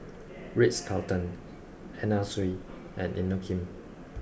Ritz Carlton Anna Sui and Inokim